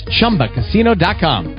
ChumbaCasino.com